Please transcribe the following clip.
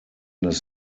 das